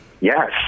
Yes